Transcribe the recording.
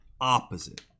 opposite